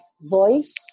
voice